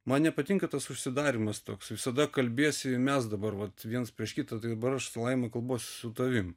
man nepatinka tas užsidarymas toks visada kalbiesi ir mes dabar vat viens prieš kitą tai dabar aš laima kalbuosi su tavim